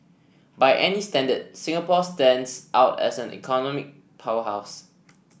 by any standard Singapore stands out as an economy powerhouse